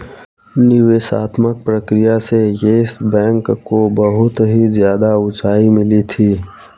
निवेशात्मक प्रक्रिया से येस बैंक को बहुत ही ज्यादा उंचाई मिली थी